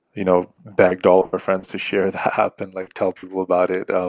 you know, begged all of our friends to share the app and, like, tell people about it.